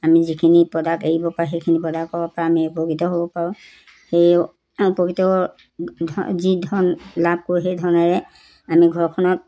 আমি যিখিনি প্ৰডাক্ট এৰিব পাৰোঁ সেইখিনি প্ৰডাক্টৰ পৰা আমি উপকৃত হ'ব পাৰোঁ সেই উপকৃত যি ধন লাভ কৰোঁ সেই ধনেৰে আমি ঘৰখনত